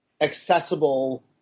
accessible